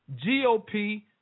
GOP